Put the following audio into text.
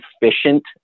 efficient